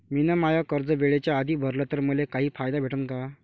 मिन माय कर्ज वेळेच्या आधी भरल तर मले काही फायदा भेटन का?